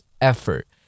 effort